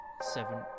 seven